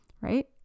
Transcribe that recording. right